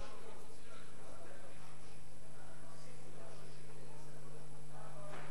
צריך להפריע כל הזמן באיזה ליווי,